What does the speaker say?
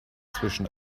zwischen